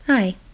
Hi